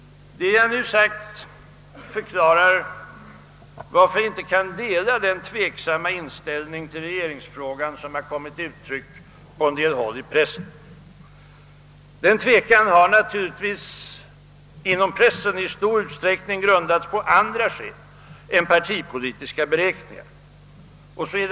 Det jag nu sagt förklarar varför jag inte kan dela den tveksamma inställning till regeringsfrågan som kommit till uttryck på en del håll i pressen. Denna tvekan inom pressen har säker ligen väsentligen grundats på andra skäl än partipolitiska beräkningar.